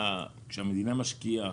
כשהמדינה משקיעה,